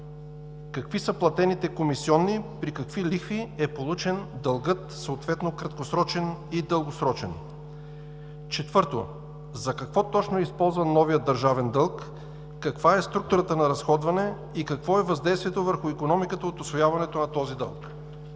Какви са платените комисионни, при какви лихви е получен дългът – краткосрочен и дългосрочен? Четвърто: за какво точно е използван новият държавен дълг? Каква е структурата на разходване и какво е въздействието върху икономиката от усвояването на този дълг?